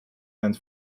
and